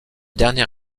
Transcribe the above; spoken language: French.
dernier